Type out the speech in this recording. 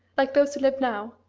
like those who live now,